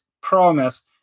promise